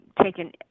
taken